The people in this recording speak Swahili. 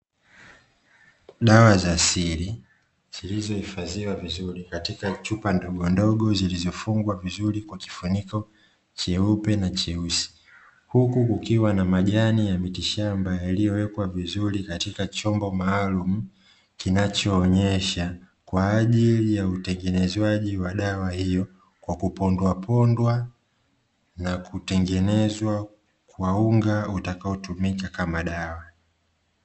Dawa za asili zilizo hifadhiwa vizuri katika chupa ndogondogo zilizofungwa vizuri kwa kifuniko cheupe na cheusi. Huku kukiwa na majani ya miti shamba yaliyo wekwa vizuri katika chombo maalamu, kinacho onyesha kwa ajili ya utengenezwaji wa dawa hio kwa kupondwa pondwa na kutengenezwa kwa unga utakao tumika kama dawa.